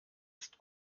ist